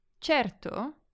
Certo